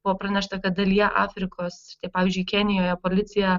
buvo pranešta kad dalyje afrikos pavyzdžiui kenijoje policija